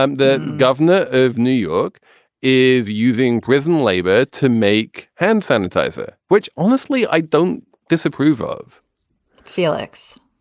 um the governor of new york is using prison labor to make hand sanitizer, which honestly, i don't disapprove of felix,